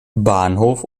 bahnhof